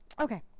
Okay